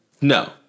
No